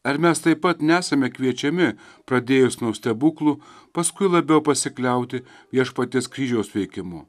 ar mes taip pat nesame kviečiami pradėjus nuo stebuklų paskui labiau pasikliauti viešpaties kryžiaus veikimu